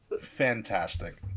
Fantastic